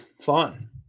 fun